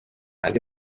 andi